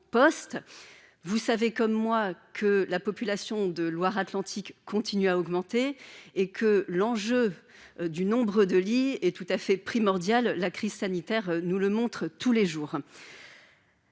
vous savez comme moi que la population de Loire-Atlantique continue à augmenter et que l'enjeu du nombre de lits est tout à fait primordial la crise sanitaire, nous le montre tous les jours.